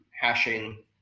hashing